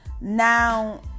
Now